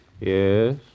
Yes